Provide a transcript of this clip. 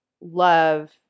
love